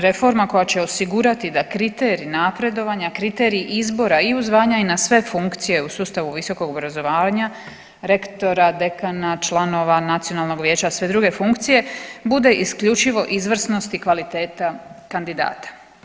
Reforma koja će osigurati da kriterij napredovanja, kriterij izbora i u zvanja i na sve funkcije u sustavu visokog obrazovanja rektora, dekana, članova nacionalnog vijeća, sve druge funkcije bude isključivo izvrsnost i kvaliteta kandidata.